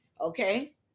okay